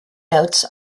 notes